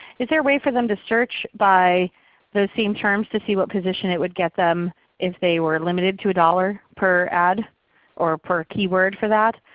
is there a way for them to search by those same terms to see what position it would get them if they were limited to a dollar per ad or per keyword for that?